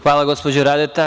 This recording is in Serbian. Hvala, gospođo Radeta.